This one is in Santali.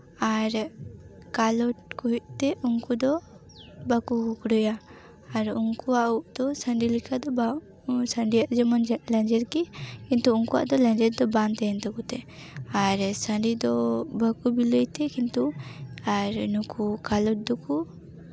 ᱟᱨ ᱠᱟᱞᱚᱴ ᱠᱚ ᱦᱩᱭᱩᱜ ᱛᱮ ᱩᱱᱠᱩ ᱫᱚ ᱵᱟᱠᱚ ᱠᱩᱠᱲᱩᱭᱟ ᱟᱨ ᱩᱱᱠᱩᱣᱟᱜ ᱩᱜ ᱫᱚ ᱥᱟᱺᱰᱤ ᱞᱮᱠᱟ ᱫᱚ ᱵᱟᱝ ᱥᱟᱺᱰᱤᱭᱟᱜ ᱡᱮᱢᱚᱱ ᱞᱮᱧᱡᱮᱨ ᱜᱮ ᱠᱤᱱᱛᱩ ᱩᱱᱠᱩᱣᱟᱜ ᱫᱚ ᱞᱮᱧᱡᱮᱨ ᱫᱚ ᱵᱟᱝ ᱛᱟᱦᱮᱱ ᱛᱟᱠᱚ ᱛᱮ ᱟᱨ ᱥᱟᱺᱰᱤ ᱫᱚ ᱵᱟᱠᱚ ᱵᱤᱞᱤᱭ ᱛᱮ ᱠᱤᱱᱛᱩ ᱟᱨ ᱱᱩᱠᱩ ᱠᱟᱞᱚᱴ ᱫᱚᱠᱚ